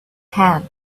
hand